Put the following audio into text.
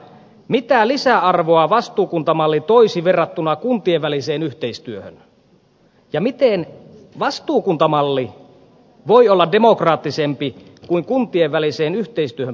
mitä lisäarvoa vastuukuntamalli toisi verrattuna kuntien väliseen yhteistyöhön ja miten vastuukuntamalli voi olla demokraattisempi kuin kuntien väliseen yhteistyöhön perustuva malli